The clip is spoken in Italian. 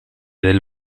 del